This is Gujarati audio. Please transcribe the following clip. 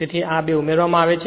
તેથી આ બે ઉમેરવામાં આવે છે